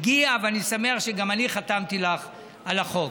הגיע, ואני שמח שגם אני חתמתי לך על החוק.